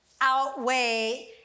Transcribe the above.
outweigh